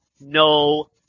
no